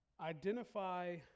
Identify